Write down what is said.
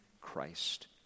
Christ